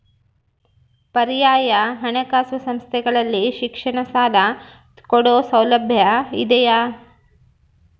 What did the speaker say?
ಪರ್ಯಾಯ ಹಣಕಾಸು ಸಂಸ್ಥೆಗಳಲ್ಲಿ ಶಿಕ್ಷಣ ಸಾಲ ಕೊಡೋ ಸೌಲಭ್ಯ ಇದಿಯಾ?